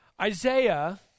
Isaiah